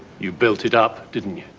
you built it up, didn't you?